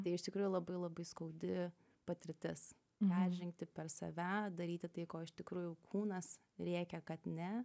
tai iš tikrųjų labai labai skaudi patirtis peržengti per save daryti tai ko iš tikrųjų kūnas rėkia kad ne